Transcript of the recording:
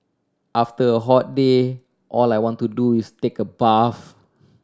after a hot day all I want to do is take a bath